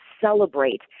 celebrate